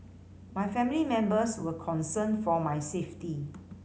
my family members were concerned for my safety